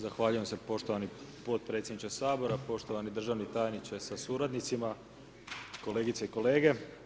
Zahvaljujem se poštovani potpredsjedniče Sabora, poštovani državni tajniče sa suradnicima, kolegice i kolege.